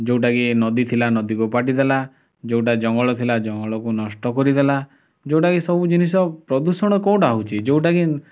ଯେଉଁଟାକି ନଦୀ ଥିଲା ନଦୀକୁ ପାଟିଦେଲା ଯେଉଁଟା ଜଙ୍ଗଲ ଥିଲା ଜଙ୍ଗଲକୁ ନଷ୍ଟ କରିଦେଲା ଯେଉଁଟାକି ସବୁ ଜିନିଷ ପ୍ରଦୂଷଣ କେଉଁଟା ହଉଛି ଯେଉଁଟାକି